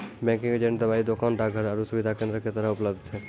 banking agent दबाइ दोकान, डाकघर आरु सुविधा केन्द्रो के तरह उपलब्ध छै